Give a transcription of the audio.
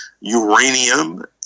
uranium